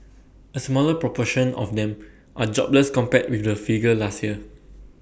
A smaller proportion of them are jobless compared with the figure last year